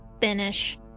finish